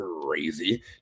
crazy